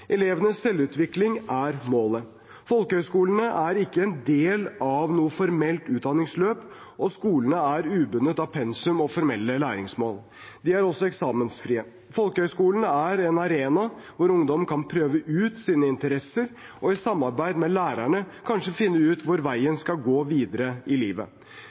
Elevenes selvutvikling er målet. Folkehøyskolene er ikke en del av noe formelt utdanningsløp, og skolene er ubundet av pensum og formelle læringsmål. De er også eksamensfrie. Folkehøyskolene er en arena hvor ungdom kan prøve ut sine interesser og i samarbeid med lærerne kanskje finne ut hvor veien skal gå videre i livet.